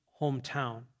hometown